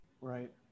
Right